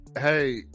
hey